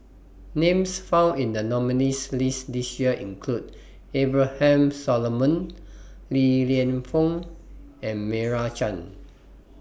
Names found in The nominees' list This Year include Abraham Solomon Li Lienfung and Meira Chand